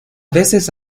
veces